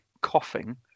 coughing